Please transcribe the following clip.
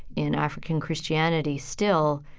in african christianity, still,